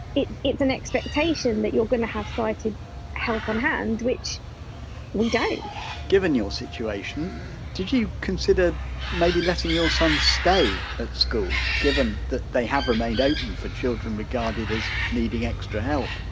it's it's an expectation that you're going to have sighted help on hand which we don't given your situation did you consider maybe letting your son stay at school, given that they have remained open for children regarded as needing extra help?